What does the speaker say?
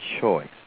choice